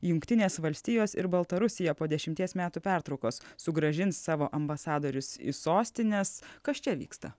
jungtinės valstijos ir baltarusija po dešimties metų pertraukos sugrąžins savo ambasadorius į sostines kas čia vyksta